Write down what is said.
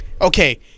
Okay